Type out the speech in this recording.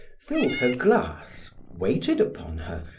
filled her glass, waited upon her,